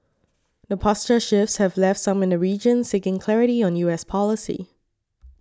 the posture shifts have left some in the region seeking clarity on U S policy